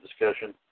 discussion